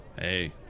Hey